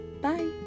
Bye